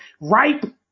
ripe